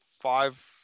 five